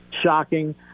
shocking